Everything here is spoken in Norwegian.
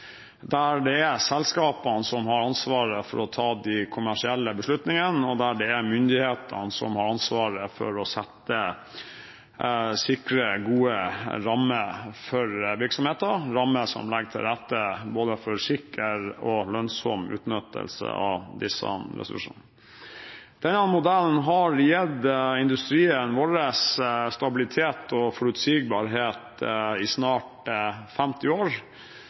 der det er selskapene som har ansvar for å ta de kommersielle beslutningene, og der det er myndighetene som har ansvar for å sikre gode rammer for virksomheten – rammer som legger til rette for både sikker og lønnsom utnyttelse av disse ressursene. Denne modellen har gitt industrien vår stabilitet og forutsigbarhet i snart 50 år,